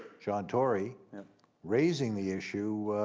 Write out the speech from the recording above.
john tory raising the issue